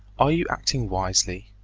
are you acting wisely?